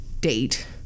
Date